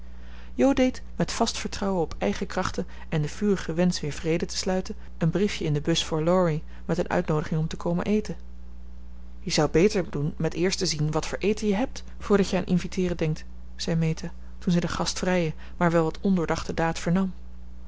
jo deed met vast vertrouwen op eigen krachten en den vurigen wensch weer vrede te sluiten een briefje in de bus voor laurie met een uitnoodiging om te komen eten je zou beter doen met eerst te zien wat voor eten je hebt voordat je aan inviteeren denkt zei meta toen zij de gastvrije maar wel wat ondoordachte daad